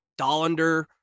Dollander